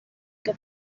que